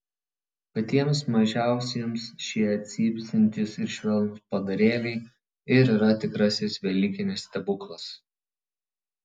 patiems mažiausiems šie cypsintys ir švelnūs padarėliai ir yra tikrasis velykinis stebuklas